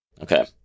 Okay